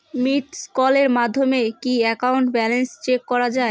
Missed কলের মাধ্যমে কি একাউন্ট ব্যালেন্স চেক করা যায়?